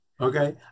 Okay